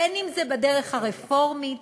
אם בדרך הרפורמית,